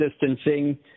distancing